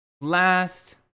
Last